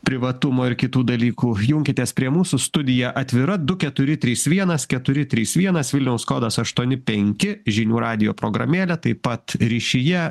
privatumo ir kitų dalykų junkitės prie mūsų studija atvira du keturi trys vienas keturi trys vienas vilniaus kodas aštuoni penki žinių radijo programėlė taip pat ryšyje